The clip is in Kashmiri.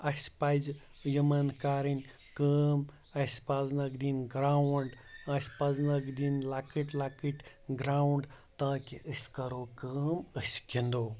اَسہِ پَزِ یِمَن کَرٕنۍ کٲم اَسہِ پَزنَکھ دِنۍ گرٛاوُنٛڈ اَسہِ پَزنَکھ دِنۍ لَکٕٹۍ لَکٕٹۍ گرٛاوُنٛڈ تاکہِ أسۍ کَرو کٲم أسۍ گِنٛدو